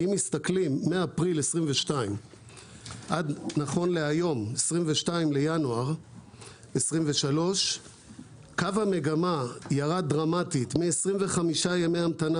מאפריל 22 עד 22 בינואר קו המגמה ירד דרמטית מ-25 ימי המתנה